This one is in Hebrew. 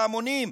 להמונים?